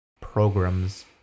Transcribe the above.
programs